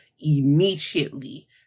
immediately